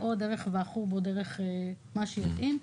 או דרך ועדת החוץ והביטחון או דרך מה שיתאים,